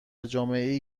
جامعهای